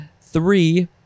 Three